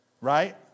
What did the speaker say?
right